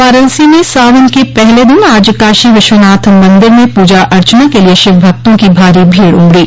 वाराणसी में सावन के पहले दिन आज काशी विश्वनाथ मंदिर में पूजा अर्चना के लिये शिव भक्तों की भारी भीड़ उमड़ी